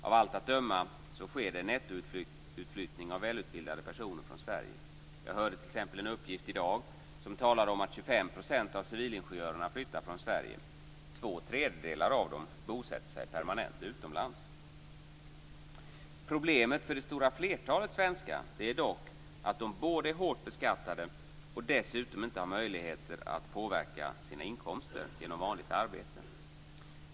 Av allt att döma sker det en nettoutflyttning av välutbildade personer från Sverige. Jag hörde t.ex. en uppgift i dag som talade om att 25 % av civilingenjörerna flyttar från Sverige. 2/3 av dem bosätter sig permanent utomlands. Problemet för det stora flertalet svenskar är dock att de både är hårt beskattade och dessutom inte har möjlighet att påverka sina inkomster genom vanligt arbete.